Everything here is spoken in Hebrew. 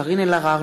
קארין אלהרר,